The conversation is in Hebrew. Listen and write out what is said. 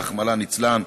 רחמנא ליצלן.